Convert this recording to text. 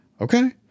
Okay